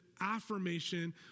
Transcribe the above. affirmation